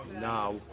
Now